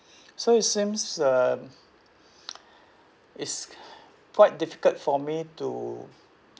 so it seems um it's quite difficult for me to